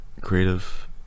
creative